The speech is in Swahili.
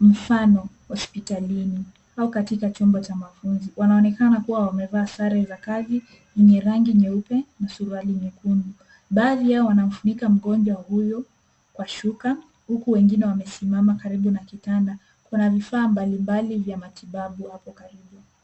mfano hospitalini au katika chumba cha mafunzo. Wanaonekana kama wamevaa sare za kazi yenye rangi nyeupe na suruali nyekundu. Baadhi yao wanamfunika mgonjwa huyo kwa shuka huku wengine wamesimama karibu na kitanda. Kuna vifaa mbalimbali vya matibabu hapo karibu.